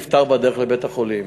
נפטר בדרך לבית-החולים.